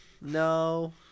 No